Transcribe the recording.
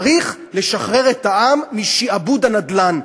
צריך לשחרר את העם משעבוד הנדל"ן,